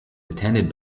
attended